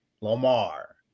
Lamar